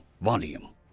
volume